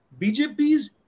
BJP's